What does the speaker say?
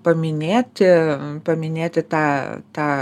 paminėti paminėti tą tą